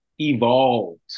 evolved